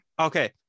Okay